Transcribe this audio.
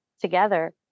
together